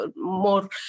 more